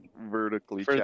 Vertically